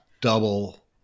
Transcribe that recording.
double